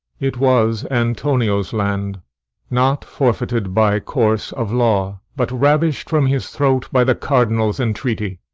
it was antonio's land not forfeited by course of law, but ravish'd from his throat by the cardinal's entreaty.